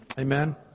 Amen